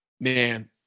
Man